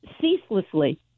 ceaselessly